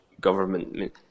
government